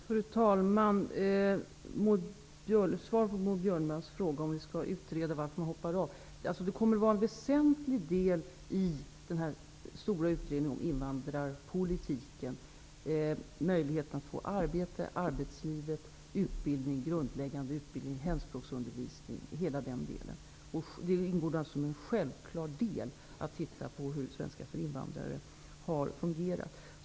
Fru talman! Först svar på Maud Björnemalms fråga: En väsentlig del av den stora utredningen om invandrarpolitiken, kommer att gälla invandrarnas möjlighet att få arbete, komma in i arbetslivet, få utbildning, hemspråksutbildning osv. Det ingår som en självklar del att titta på hur svenska för invandrare har fungerat.